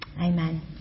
Amen